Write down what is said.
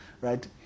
Right